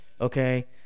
okay